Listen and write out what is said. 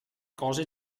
cose